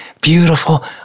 beautiful